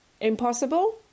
Impossible